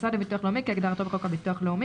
אנחנו מדברים דווקא על אותו שירות ייעודי.